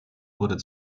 wurde